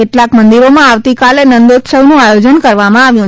કેટલાંક મંદિરોમાં આવતીકાલે નંદોત્સવનું આયોજન કરવામાં આવ્યું છે